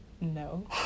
no